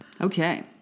Okay